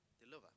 deliver